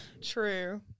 true